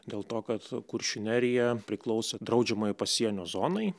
dėl to kad kuršių nerija priklauso draudžiamai pasienio zonai